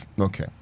Okay